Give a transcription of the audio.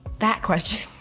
that question.